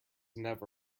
never